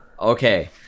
Okay